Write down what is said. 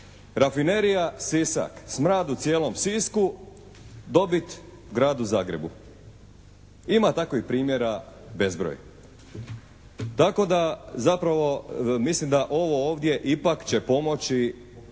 Rafinerija Sisak, smrad u cijelom Sisku, dobit Gradu Zagrebu. Ima takovih primjera bezbroj. Tako da zapravo mislim da ovo ovdje ipak će pomoći